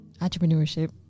entrepreneurship